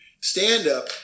stand-up